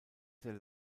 sehr